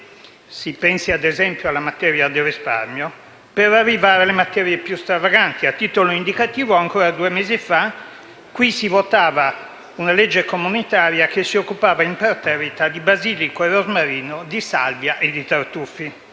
(si pensi, ad esempio, alla materia del risparmio) per arrivare a quelle più stravaganti. A titolo indicativo, ancora due mesi fa in questa sede si votava una legge comunitaria che si occupava imperterrita di basilico, di rosmarino, di salvia e di tartufi.